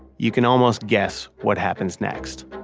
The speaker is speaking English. you can almost guess what happens next